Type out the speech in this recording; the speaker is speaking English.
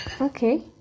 Okay